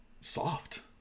soft